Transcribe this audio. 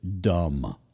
dumb